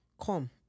Come